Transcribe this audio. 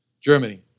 Germany